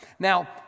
Now